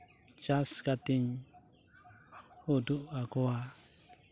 ᱪᱟᱥ ᱠᱟᱛᱮᱧ ᱩᱫᱩᱜ ᱟᱠᱚᱣᱟ